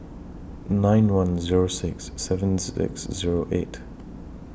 nine one Zero six seven six Zero eight